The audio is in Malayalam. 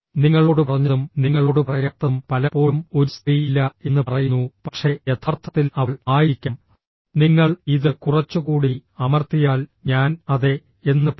നിങ്ങളോട് പറഞ്ഞതും നിങ്ങളോട് പറയാത്തതും പലപ്പോഴും ഒരു സ്ത്രീ ഇല്ല എന്ന് പറയുന്നു പക്ഷേ യഥാർത്ഥത്തിൽ അവൾ ആയിരിക്കാം നിങ്ങൾ ഇത് കുറച്ചുകൂടി അമർത്തിയാൽ ഞാൻ അതെ എന്ന് പറയും